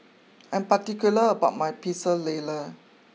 I'm particular about my Pecel Lele